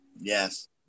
Yes